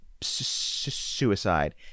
suicide